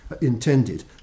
intended